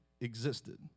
existed